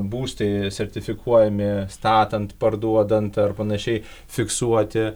būstai sertifikuojami statant parduodant ar panašiai fiksuoti